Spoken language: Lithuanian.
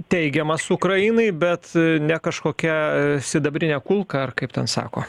teigiamas ukrainai bet ne kažkokia sidabrinė kulka ar kaip ten sako